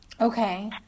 Okay